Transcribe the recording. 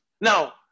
now